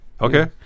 Okay